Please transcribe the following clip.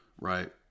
Right